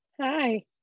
Hi